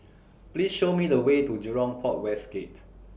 Please Show Me The Way to Jurong Port West Gate